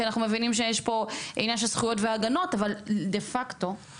כי בעינינו להגיע לזה זה מבחינתנו הדבר